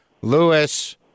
Lewis